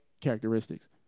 characteristics